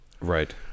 Right